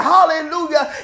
Hallelujah